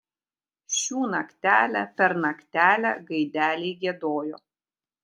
šių naktelę per naktelę gaideliai giedojo